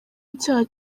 icyaha